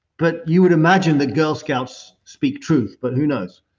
but you would imagine the girl scouts speak truth, but who knows?